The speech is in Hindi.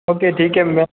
ओके ठीक है मैं